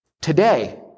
Today